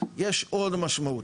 יש עוד משמעות,